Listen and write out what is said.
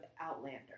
Outlander